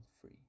free